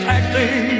acting